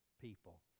people